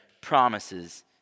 promises